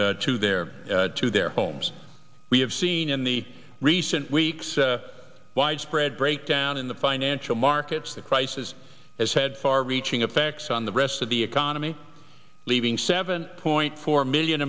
their to their homes we have seen in the recent weeks widespread breakdown in the financial markets the crisis has had far reaching effects on the rest of the economy leaving seven point four million